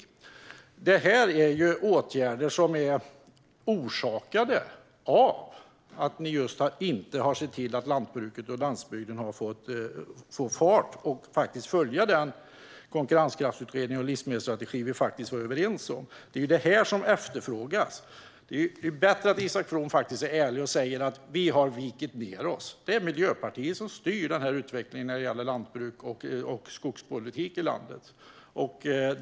Detta är åtgärder som är orsakade av att ni inte har sett till att lantbruket och landsbygden har fått fart och inte har följt den konkurrenskraftsutredning och livsmedelsstrategi vi faktiskt var överens om. Det är detta som efterfrågas. Det är bättre att Isak From är ärlig och säger: Vi har vikt ned oss. Det är Miljöpartiet som styr utvecklingen när det gäller lantbruks och skogspolitik i landet.